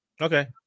Okay